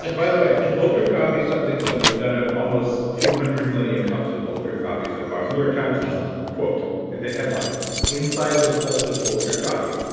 like by the way, bulletproof coffee's something similar. we've done ah almost two hundred million cups of bulletproof coffee so far. the new york times' and quote the headline inside the cult of bulletproof coffee.